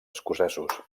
escocesos